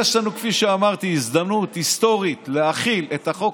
יש לנו כפי שאמרתי הזדמנות היסטורית להחיל את החוק